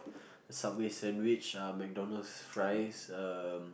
Subway sandwich uh McDonald's fries um